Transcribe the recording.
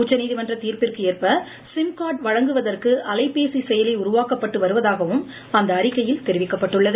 உச்சநீதிமன்ற தீர்ப்பிற்கு ஏற்ப சிம்கார்டு வழங்குவதற்கு அலைப்பேசி செயலி உருவாக்கப்பட்டு வருவதாகவும் அந்த அறிக்கையில் தெரிவிக்கப்பட்டுள்ளது